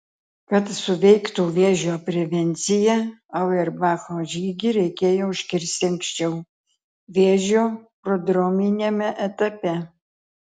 kad suveiktų vėžio prevencija auerbacho žygį reikėjo užkirsti anksčiau vėžio prodrominiame etape